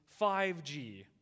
5G